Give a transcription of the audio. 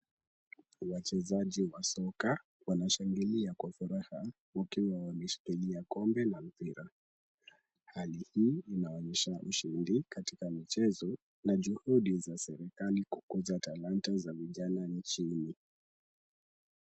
Wachezaji wa soka wanashangilia kwa furaha wakiwa wameshikilia kombe la mpira. Hali hii inaonyesha ushindi katika michezo na juhudi za serikali kukuza talanta za vijana nchini.